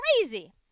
crazy